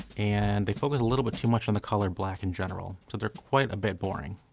and they focus a little bit too much on the color black, in general. so, they're quite a bit boring.